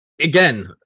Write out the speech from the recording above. Again